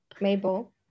Mabel